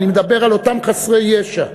אני מדבר על אותם חסרי ישע,